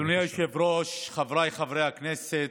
אדוני היושב-ראש, חבריי חברי הכנסת,